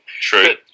True